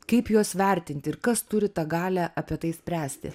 kaip juos vertinti ir kas turi tą galią apie tai spręsti